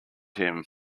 him